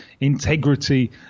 integrity